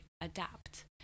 adapt